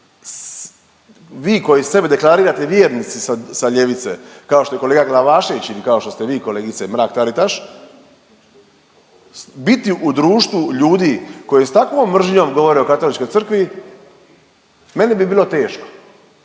vi koji sebe deklarirate vjernici sa ljevice kao što je kolega Glavašević ili kao što ste vi kolegice Mrak-Taritaš, biti u društvu ljudi koji s takvom mržnjom govore o Katoličkoj crkvi meni bi bilo teško,